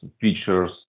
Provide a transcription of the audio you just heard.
features